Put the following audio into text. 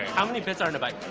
how many bits are and but